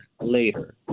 later